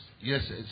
Yes